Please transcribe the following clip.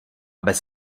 bez